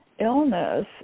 illness